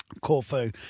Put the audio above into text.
Corfu